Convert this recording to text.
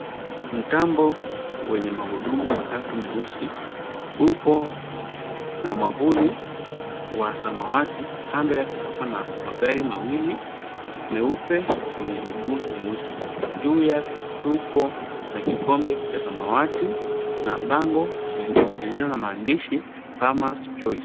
Mtambo wenye mahudumu matatu meusi upo na mwavuli wa samawati, kando yake tuko na magari mawili meupe yenye miguu meusi. Juu yake tupo na kikombe cha samawati na bango lililo na maandishi farmer's choice .